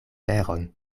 veron